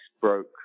broke